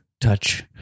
touch